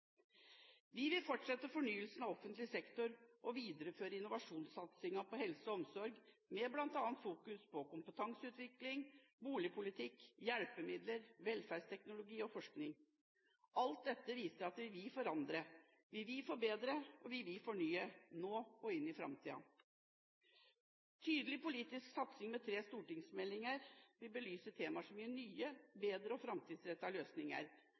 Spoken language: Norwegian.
Vi vil fortsette fornyelsen av offentlig sektor og videreføre innovasjonssatsingen på helse og omsorg, bl.a. med fokus på kompetanseutvikling, boligpolitikk, hjelpemidler, velferdsteknologi og forskning. Alt dette viser at vi vil forandre, vi vil forbedre og vi vil fornye – nå og inn i framtiden. Tydelig politisk satsing med tre stortingsmeldinger vil belyse temaer som gir nye, bedre og framtidsrettede løsninger.